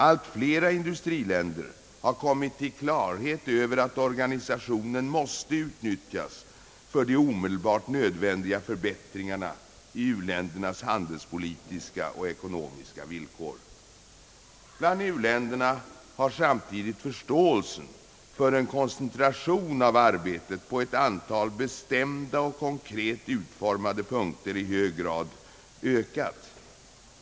Allt flera industriländer har kommit till klarhet om att organisationen måste utnyttjas för de omedelbart nödvändiga förbättringarna i u-ländernas handelspolitiska och ekonomiska villkor. Bland u-länderna har samtidigt förståelsen för en koncentration av arbetet på ett antal bestämda och konkret utformade punkter i hög grad ökat.